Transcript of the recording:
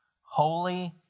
holy